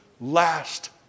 last